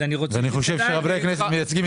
אני חושב שחברי הכנסת מייצגים את הציבור.